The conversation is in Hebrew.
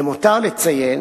למותר לציין